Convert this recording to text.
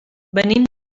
venim